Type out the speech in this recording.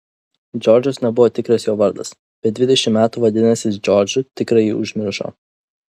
džordžas nebuvo tikras jo vardas bet dvidešimt metų vadinęsis džordžu tikrąjį užmiršo